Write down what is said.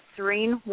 Serene